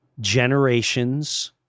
generations